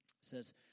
says